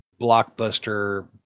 blockbuster